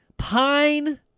pine